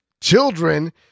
children